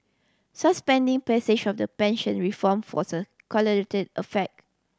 suspending passage of the pension reform effect